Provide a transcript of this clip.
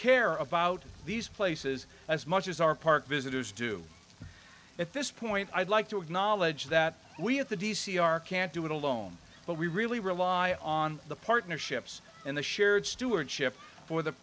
care about these places as much as our park visitors do at this point i'd like to acknowledge that we at the d c are can't do it alone but we really rely on the partnerships and the shared stewardship for the